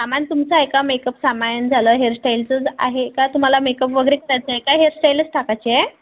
सामान तुमचं आहे का मेकप सामान झालं हेअरस्टाईलचं आहे का तुम्हाला मेकअप वगैरे करायचं आहे का हेअरस्टाईलच टाकायची आहे